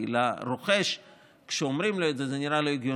כי כשאומרים לרוכש זה נראה לו הגיוני.